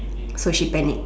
so she panic